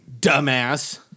Dumbass